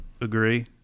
Agree